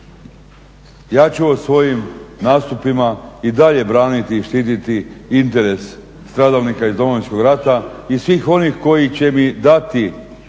Ja ću u svojim nastupima i dalje braniti i štititi interes stradalnika iz Domovinskog rata i svih onih koji će mi dati